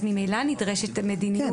אז ממילא נדרשת מדיניות העמדה לדין.